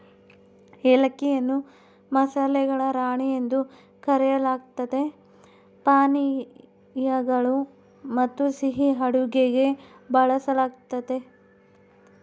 ಏಲಕ್ಕಿಯನ್ನು ಮಸಾಲೆಗಳ ರಾಣಿ ಎಂದು ಕರೆಯಲಾಗ್ತತೆ ಪಾನೀಯಗಳು ಮತ್ತುಸಿಹಿ ಅಡುಗೆಗೆ ಬಳಸಲಾಗ್ತತೆ